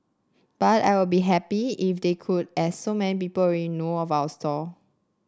but I would be happy if they could as so many people in know of our stall